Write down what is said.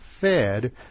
fed